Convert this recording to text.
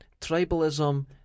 Tribalism